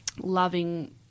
loving